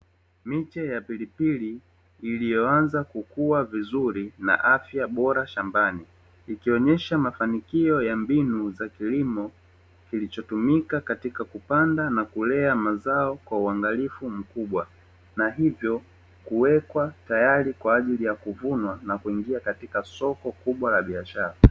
Miche ya pilipili iliyoanza kukua vizuri na afya bora shambani, ikionyesha mafanikio ya mbinu za kilimo kilichotumika katika kupanda na kulea mazao kwa uangalifu mkubwa na hivyo kuwekwa tayari kwaajili ya kuvunwa na kuingia katika soko kubwa la biashara.